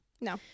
No